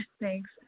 Thanks